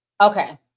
Okay